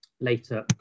later